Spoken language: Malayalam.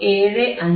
75 1